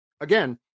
again